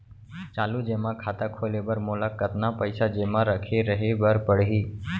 चालू जेमा खाता खोले बर मोला कतना पइसा जेमा रखे रहे बर पड़ही?